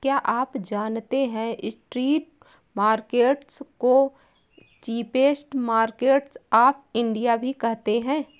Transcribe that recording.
क्या आप जानते है स्ट्रीट मार्केट्स को चीपेस्ट मार्केट्स ऑफ इंडिया भी कहते है?